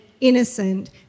innocent